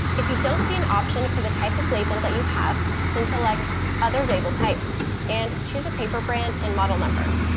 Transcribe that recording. if you don't see an option for the type of label that you have, then select other label type and choose a paper brand and model number.